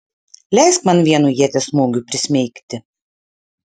leisk man vienu ieties smūgiu prismeigti